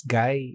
guy